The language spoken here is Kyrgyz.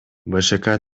бшк